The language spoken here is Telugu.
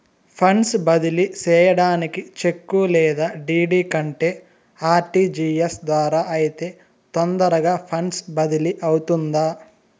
ఫండ్స్ బదిలీ సేయడానికి చెక్కు లేదా డీ.డీ కంటే ఆర్.టి.జి.ఎస్ ద్వారా అయితే తొందరగా ఫండ్స్ బదిలీ అవుతుందా